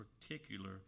particular